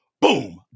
boom